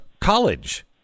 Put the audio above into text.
college